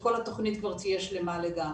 כשכל התכנית כבר תהיה שלמה לגמרי.